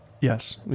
Yes